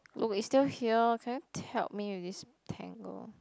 look it's still here can you help me with this tangle